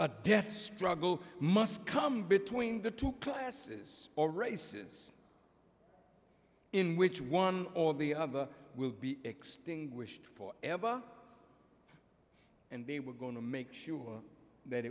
death struggle must come between the two classes or races in which one or the other will be extinguished for ever and they were going to make sure that